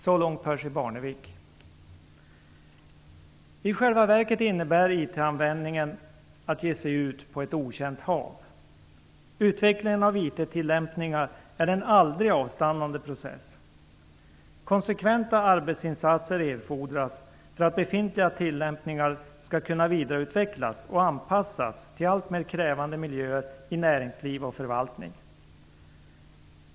Så långt handlar det alltså om Percy I själva verket innebär IT-användningen att man ger sig ut på ett okänt hav. Utveckling av IT tillämpningar är en aldrig avstannande process. Konsekventa arbetsinsatser erfordras för att befintliga tillämpningar skall kunna vidareutvecklas och anpassas till alltmer krävande miljöer i näringsliv och förvaltning.